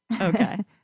Okay